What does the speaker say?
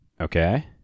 Okay